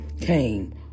came